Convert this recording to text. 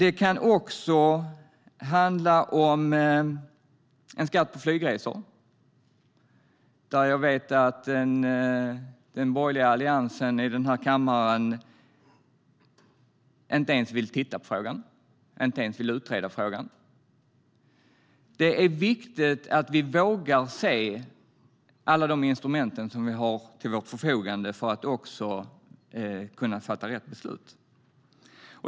En skatt på flygresor vet jag att den borgerliga alliansen i den här kammaren inte ens vill titta på eller utreda. Det är viktigt att vi vågar se alla de instrument vi har till vårt förfogande för att kunna fatta rätt beslut.